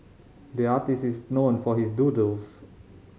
the artist is known for his doodles